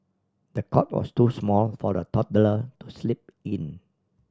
the cot was too small for the toddler to sleep in